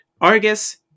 Argus